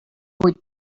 vuit